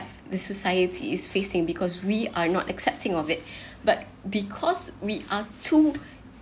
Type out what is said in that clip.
the society's facing because we are not accepting of it but because we are too